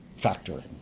factoring